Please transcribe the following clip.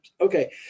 Okay